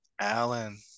Alan